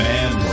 Man